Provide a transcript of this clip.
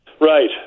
Right